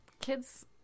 Kids